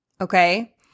okay